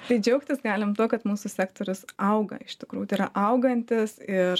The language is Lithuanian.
tai džiaugtis galim tuo kad mūsų sektorius auga iš tikrųjų tai yra augantis ir